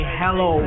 hello